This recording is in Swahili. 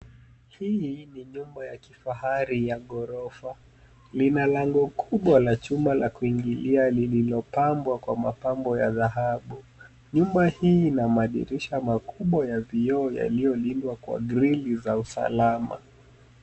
Hii ni nyumba ya kifahari ya ghorofa. Lina lango kubwa la chuma la kuingilia lililopambwa kwa mapambo ya dhahabu. Nyumba hii ina madirisha makubwa ya vioo yaliyolindwa kwa grili za usalama.